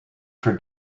for